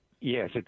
yes